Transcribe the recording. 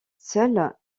seule